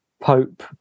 Pope